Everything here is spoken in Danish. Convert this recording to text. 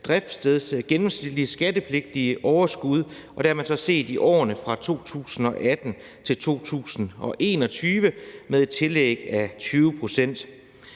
driftssteds gennemsnitlige skattepligtige overskud – og der har man så set på årene 2018-2021 med et tillæg af 20 pct.